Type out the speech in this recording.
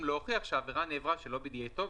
לא הוכיח שהעבירה נעברה שלא בידיעתו,